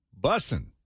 Bussin